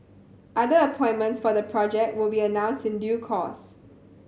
other appointments for the project will be announced in due course